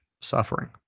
suffering